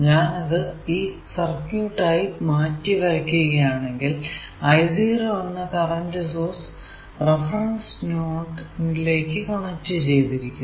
ഞാൻ ഇത് ഈ സർക്യൂട് ആയി മാറ്റിവരക്കുകയാണെങ്കിൽ I0 എന്ന കറന്റ് സോഴ്സ് റഫറൻസ് നോഡ് ലേക്ക് കണക്ട് ചെയ്യുന്നു